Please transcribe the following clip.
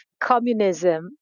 communism